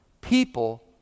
People